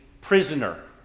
prisoner